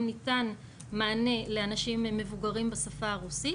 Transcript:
ניתן מענה לאנשים מבוגרים בשפה הרוסית